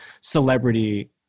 celebrity